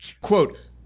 Quote